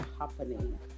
happening